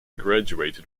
graduated